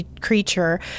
creature